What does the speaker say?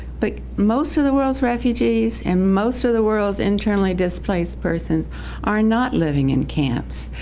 but most of the world's refugees, and most of the world's internally displaced persons are not living in camps.